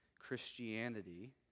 Christianity